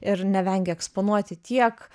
ir nevengia eksponuoti tiek